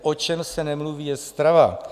O čem se nemluví, je strava.